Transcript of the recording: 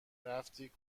رفتی